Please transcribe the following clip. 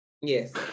Yes